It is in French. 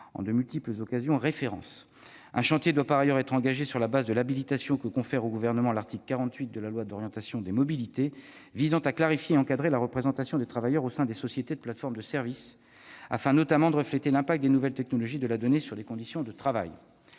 à de multiples reprises référence. Un chantier doit par ailleurs être lancé, sur la base de l'habilitation que confère au Gouvernement l'article 48 de la loi d'orientation des mobilités, visant à clarifier et à encadrer la représentation des travailleurs au sein des sociétés de plateformes de services, afin notamment de refléter l'impact des nouvelles technologies de la donnée sur les conditions de travail.